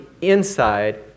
Inside